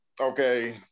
okay